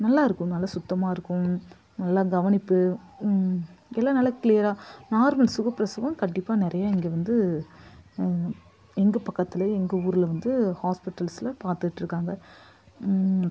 நல்லாயிருக்கும் நல்லா சுத்தமாக இருக்கும் நல்ல கவனிப்பு எல்லா நல்லா கிளியராக நார்மல் சுக பிரசவம் கண்டிப்பாக நிறைய இங்கே வந்து எங்கள் பக்கத்திலயே எங்கள் ஊரில் வந்து ஹாஸ்ப்பிட்டல்ஸ்ல பார்த்துட்ருக்காங்க